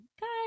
guys